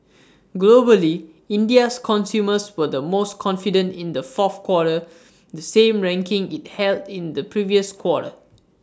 globally India's consumers were the most confident in the fourth quarter the same ranking IT held in the previous quarter